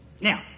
Now